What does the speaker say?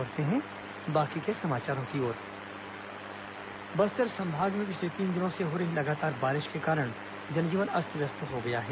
बारिश बस्तर संभाग में पिछले तीन दिनों से हो रही लगातार बारिश के कारण जन जीवन अस्त व्यस्त हो गया है